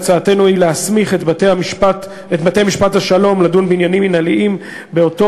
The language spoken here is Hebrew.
הצעתנו היא להסמיך את בתי-משפט השלום לדון בעניינים מינהליים באותו